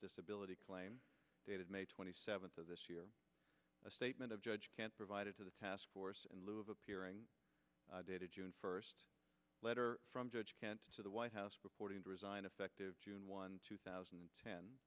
disability claim dated may twenty seventh of this year a statement of judge kant provided to the task force in lieu of appearing dated june first letter to the white house reporting to resign effective june one two thousand and ten